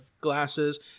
glasses